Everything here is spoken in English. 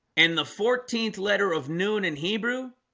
and the fourteenth letter of noon in hebrew